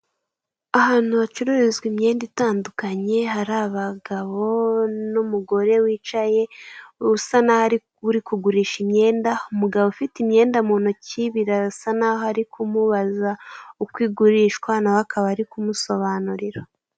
Ahantu hacururizwa imyenda itandukanye hari abagabo n'umugore wicaye usa n'aho ari kugurisha imyenda, umugabo ufite imyenda mu ntoki birasa nk'aho ari kumubaza uko igutishwa nawe akaba ari kumusobanurira.